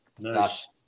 Nice